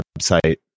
website